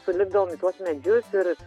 sulipdavom į tuos medžius ir